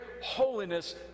holiness